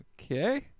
okay